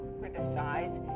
criticize